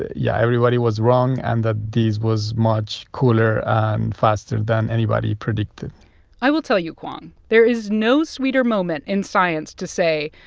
yeah, everybody was wrong and that this was much cooler and faster than anybody predicted i will tell you, kwong, there is no sweeter moment in science to say,